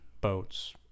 boats